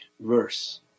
verse